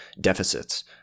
deficits